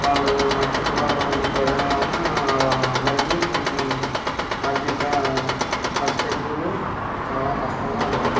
వాళ్ళు మా చుట్టుపక్కలున్న ప్రజల వల్ల వాళ్ళందరికీ కొంచెం ఆర్థిక పరిస్థితులు చాలా కష్టంగా ఉన్నాయి